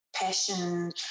passion